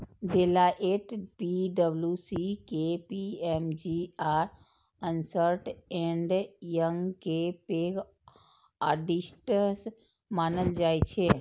Deloitte, पी.डब्ल्यू.सी, KPMG आ Ernst and Young कें पैघ ऑडिटर्स मानल जाइ छै